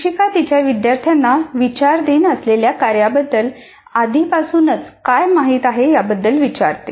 शिक्षिका तिच्या विद्यार्थ्यांना विचाराधीन असलेल्या कार्याबद्दल आधीपासूनच काय माहित आहे याबद्दल विचारते